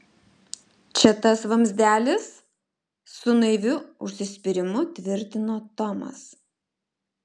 čia tas vamzdelis su naiviu užsispyrimu tvirtino tomas